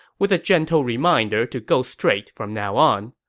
with a gentle reminder to go straight from now on.